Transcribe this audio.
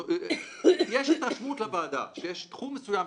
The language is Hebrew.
צריכים להקים מחלקת זכויות יוצרים שתחפש את הזכויות,